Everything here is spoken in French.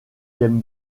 game